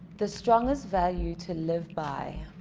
the strongest value to live by